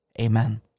Amen